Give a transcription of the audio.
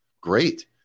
Great